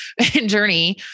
journey